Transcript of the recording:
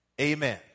Amen